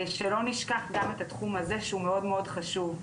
שלא נשכח גם את התחום הזה שהוא מאוד מאוד חשוב.